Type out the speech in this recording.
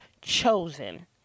Chosen